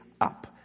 up